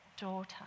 daughter